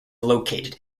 located